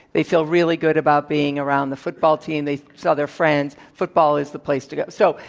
they feel really good about being around the football team. they saw their friends. football is the place to go. so,